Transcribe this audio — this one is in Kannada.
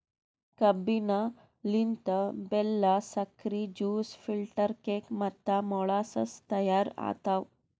ಕಬ್ಬಿನ ಲಿಂತ್ ಬೆಲ್ಲಾ, ಸಕ್ರಿ, ಜ್ಯೂಸ್, ಫಿಲ್ಟರ್ ಕೇಕ್ ಮತ್ತ ಮೊಳಸಸ್ ತೈಯಾರ್ ಆತವ್